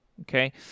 Okay